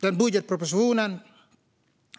Den budgetproposition